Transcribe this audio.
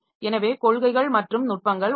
எனவே காெள்கைகள் மற்றும் நுட்பங்கள் உள்ளன